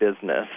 business